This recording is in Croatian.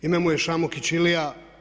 Ime mu je Šamukić Ilija.